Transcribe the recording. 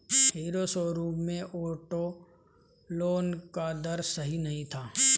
hero showroom में auto loan का दर सही नहीं था